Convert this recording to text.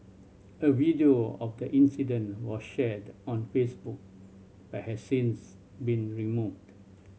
a video of the incident was shared on Facebook but has since been removed